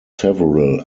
several